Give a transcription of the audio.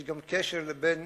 יש גם קשר בין